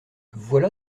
voilà